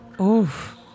Oof